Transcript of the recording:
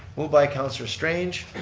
move by councillor strange,